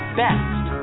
best